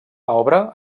obra